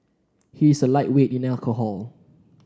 he is a lightweight in alcohol